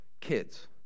Kids